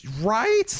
Right